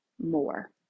more